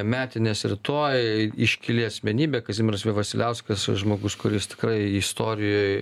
metinės rytoj iškili asmenybė kazimieras v vasiliauskas žmogus kuris tikrai istorijoj